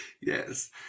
Yes